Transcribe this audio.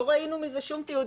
לא ראינו מזה שום תיעוד.